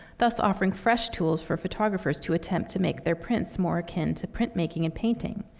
thus offering fresh tools for photographers to attempt to make their prints more akin to printmaking and painting.